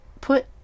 put